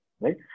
Right